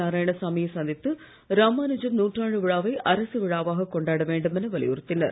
நாராயணசாமி யை சந்தித்து ராமானுஜம் நூற்றாண்டு விழாவை அரசு விழாவாகக் கொண்டாட வேண்டுமென வலியுறுத்தினர்